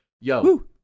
Yo